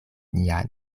nia